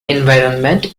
environment